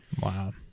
Wow